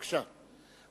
בבקשה,